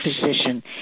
position